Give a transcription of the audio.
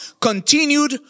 continued